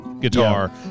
guitar